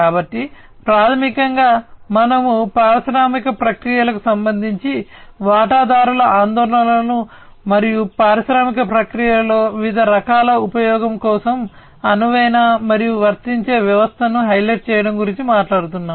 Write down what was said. కాబట్టి ప్రాథమికంగా మనము పారిశ్రామిక ప్రక్రియలకు సంబంధించి వాటాదారుల ఆందోళనలను మరియు పారిశ్రామిక ప్రక్రియలలో వివిధ రకాల ఉపయోగం కోసం అనువైన మరియు వర్తించే వ్యవస్థను హైలైట్ చేయడం గురించి మాట్లాడుతున్నాము